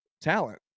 talent